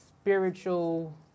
spiritual